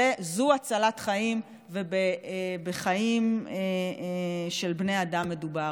זו הצלת חיים ובחיים של בני אדם מדובר.